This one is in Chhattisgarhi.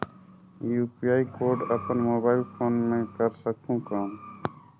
यू.पी.आई कोड अपन मोबाईल फोन मे कर सकहुं कौन?